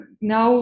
now